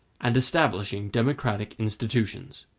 and establishing democratic institutions.